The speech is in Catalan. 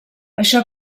això